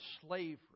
slavery